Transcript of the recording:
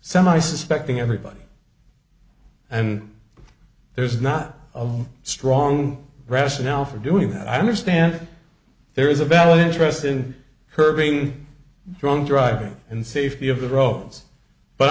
semi suspecting everybody and there's not a strong rationale for doing that i understand that there is a balance rested curbing drunk driving and safety of the roads but